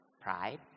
pride